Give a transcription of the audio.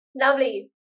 Lovely